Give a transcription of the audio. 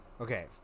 okay